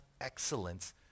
excellence